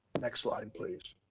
next slide, please.